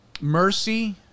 mercy